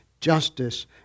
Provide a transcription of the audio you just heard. justice